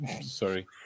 Sorry